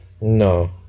No